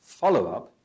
follow-up